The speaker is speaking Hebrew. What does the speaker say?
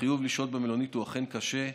החיוב לשהות במלונית הוא אכן קשה,